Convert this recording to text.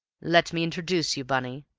let me introduce you, bunny,